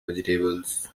vegetables